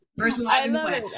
Personalizing